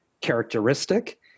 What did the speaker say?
characteristic